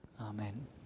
Amen